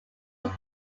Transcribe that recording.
was